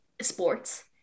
sports